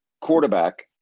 quarterback